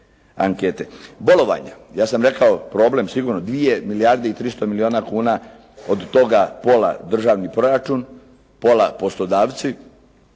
Bolovanja. Ja sam rekao problem sigurno dvije milijarde i 300 milijuna kuna. Od toga pola državni proračun, pola poslodavci